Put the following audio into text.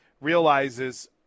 realizes